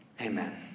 Amen